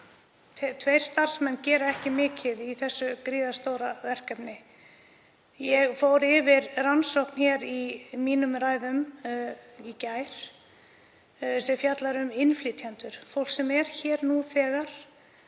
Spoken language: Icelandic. Tveir starfsmenn gera ekki mikið í þessu gríðarstóra verkefni. Ég fór yfir rannsókn í ræðum mínum í gær sem fjallar um innflytjendur, fólk sem er hér nú þegar,